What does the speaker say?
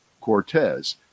Cortez